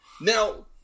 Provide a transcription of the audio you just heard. Now